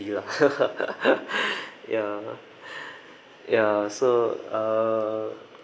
already lah ya ya so uh